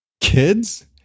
kids